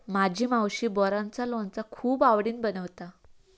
माझी मावशी बोराचा लोणचा खूप आवडीन बनवता